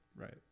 Right